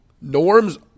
Norm's